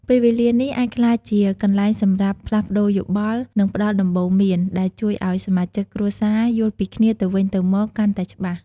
ពេលវេលានេះអាចក្លាយជាកន្លែងសម្រាប់ផ្លាស់ប្តូរយោបល់ និងផ្តល់ដំបូន្មាន ដែលជួយឱ្យសមាជិកគ្រួសារយល់ពីគ្នាទៅវិញទៅមកកាន់តែច្បាស់។